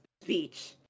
speech